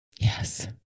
Yes